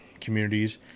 communities